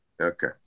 Okay